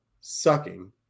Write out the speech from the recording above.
sucking